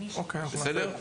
בסדר?